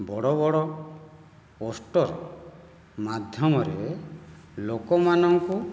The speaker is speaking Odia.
ବଡ଼ ବଡ଼ ପୋଷ୍ଟର ମାଧ୍ୟମରେ ଲୋକମାନଙ୍କୁ